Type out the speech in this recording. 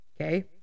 Okay